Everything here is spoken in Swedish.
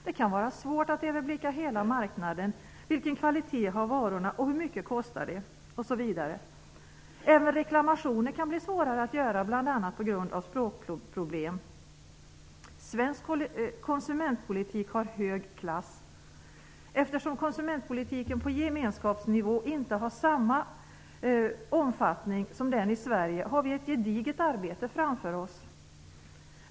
Det kan vara svårt att överblicka hela marknaden, vilken kvalitet varorna har, hur mycket de kostar osv. Även reklamationer kan bli svårare att göra, bl.a. på grund av språkproblem. Svensk konsumentpolitik har hög klass. Eftersom konsumentpolitiken på gemenskapsnivå inte har samma omfattning som den i Sverige har vi ett gediget arbete framför oss.